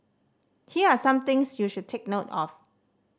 here are some things you should take note of